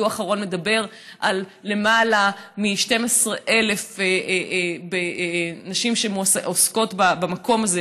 הדוח האחרון מדבר על למעלה מ-12,000 נשים שעוסקות במקום הזה,